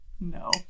No